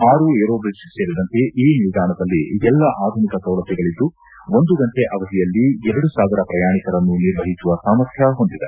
ಆರು ಏರೋಬ್ರಿಡ್ಜ್ ಸೇರಿದಂತೆ ಈ ನಿಲ್ದಾಣದಲ್ಲಿ ಎಲ್ಲ ಆಧುನಿಕ ಸೌಲಭ್ಯಗಳದ್ದು ಒಂದು ಗಂಟೆ ಅವಧಿಯಲ್ಲಿ ಎರಡು ಸಾವಿರ ಪ್ರಯಾಣಿಕರನ್ನು ನಿರ್ವಹಿಸುವ ಸಾಮರ್ಥ್ಲ ಹೊಂದಿದೆ